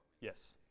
Yes